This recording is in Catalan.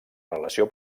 relació